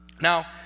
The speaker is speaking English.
Now